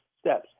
steps